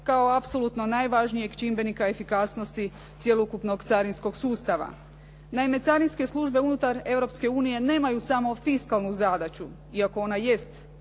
kao apsolutno najvažnijeg čimbenika efikasnosti cjelokupnog carinskog sustava. Naime, carinske službe unutar Europe unije nemaju samo fiskalnu zadaću iako ona jest